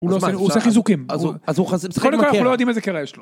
הוא לא ,הוא עושה חיזוקים, אז הוא חזק , משחק עם .., קודם כל אנחנו לא יודעים איזה קרע יש לו.